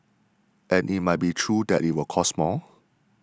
and it might be true that it will cost more